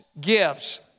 gifts